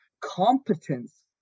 competence